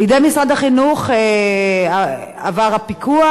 לידי משרד החינוך עבר הפיקוח.